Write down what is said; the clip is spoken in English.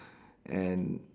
and